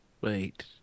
Wait